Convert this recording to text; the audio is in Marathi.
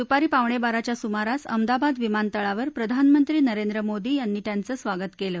दुपारी पावणे बाराच्या सुमारास अहमदाबाद विमानतळावर प्रधानमंत्री नरेंद्र मोदी यांनी त्यांचं स्वागत केलं